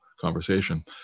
conversation